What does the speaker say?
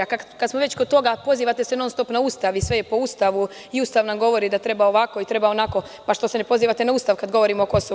Kada smo već kod toga, pozivate se na Ustav i sve je po Ustavu, i Ustav nam govori da treba ovako ili onako, što se ne pozivate na Ustav kada govorimo o KiM?